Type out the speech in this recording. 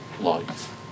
life